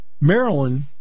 Maryland